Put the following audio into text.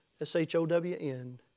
S-H-O-W-N